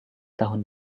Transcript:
tahun